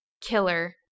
Killer